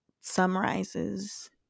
summarizes